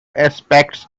aspects